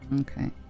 Okay